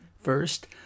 First